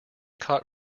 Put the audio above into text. caught